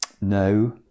No